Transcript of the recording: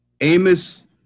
Amos